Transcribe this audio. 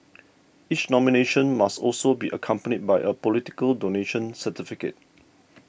each nomination must also be accompanied by a political donation certificate